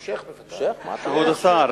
בוודאי.